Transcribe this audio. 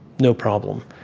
no problem.